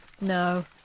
No